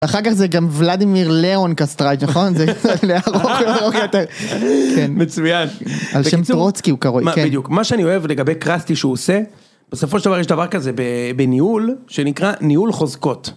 אחר כך זה גם ולדימיר ליאון כסטרייד, נכון? מצוין. על שם טרוצקי הוא קרוי, כן. בדיוק, מה שאני אוהב לגבי קראסטי שהוא עושה, בסופו של דבר יש דבר כזה בניהול, שנקרא ניהול חוזקות.